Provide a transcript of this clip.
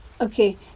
Okay